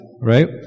right